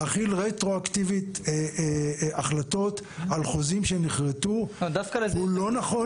להחיל רטרואקטיבית החלטות על חוזים שנכרתו הוא לא נכון